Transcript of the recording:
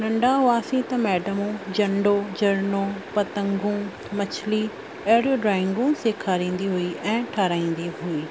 नंढा हुआसीं त मैडमूं झंडो झरनो पतंगू मछली अहिड़ियूं ड्रॉइंगूं सेखारंदी हुई ऐं ठाहिराईंदी हुई